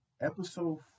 Episode